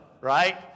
Right